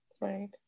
Right